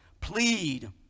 plead